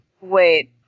Wait